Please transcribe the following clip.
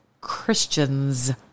christians